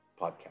podcast